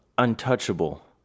untouchable